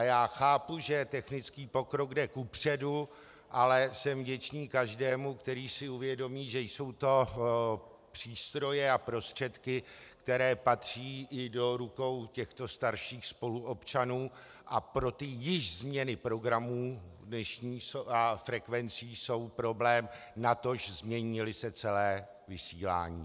Já chápu, že technický pokrok jde kupředu, ale jsem vděčný každému, který si uvědomí, že jsou to přístroje a prostředky, které patří i do rukou těchto starších spoluobčanů, a pro ty již změny programů dnešních frekvencí a programů jsou problém, natož změníli se celé vysílání.